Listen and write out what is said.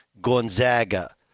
Gonzaga